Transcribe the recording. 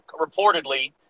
reportedly